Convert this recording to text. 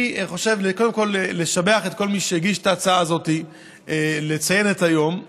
אני רוצה לשבח את כל מי שהגיש את ההצעה הזאת לציין את היום,